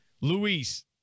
Luis